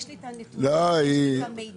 יש לי את הנתונים, יש לי את המידע.